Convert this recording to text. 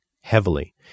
heavily